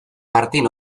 martin